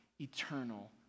eternal